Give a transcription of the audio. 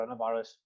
coronavirus